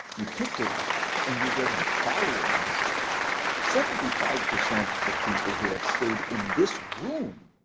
you picked it up and you read the following message seventy-five percent of people who have stayed in this room